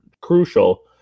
crucial